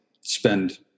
spend